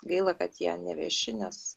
gaila kad jie ne vieši nes